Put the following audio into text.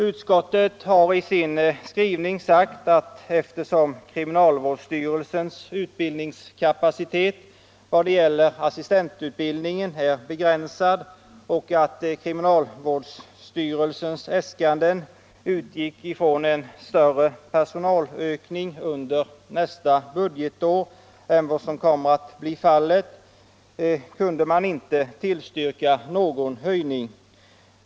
Utskottet har i sin skrivning sagt att eftersom kriminalvårdsstyrelsens utbildningskapacitet vad gäller assistentutbildningen är begränsad och kriminalvårdsstyrelsens ä kanden utgick från en större personalökning under nästa budgetår än vad som kommer att bli fallet, kan man inte tillstyrka någon höjning.